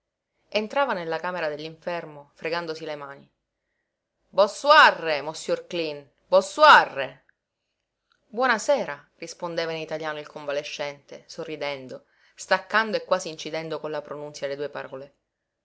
entrava nella camera dell'infermo fregandosi le mani bon suarre mossiur cleen bon suarre buona sera rispondeva in italiano il convalescente sorridendo staccando e quasi incidendo con la pronunzia le due parole